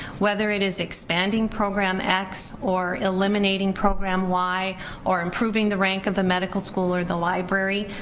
whether it is expanding program x or eliminating program y or improving the rank of the medical school or the library.